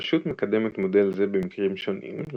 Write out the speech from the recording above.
הרשות מקדמת מודל זה במקרים שונים,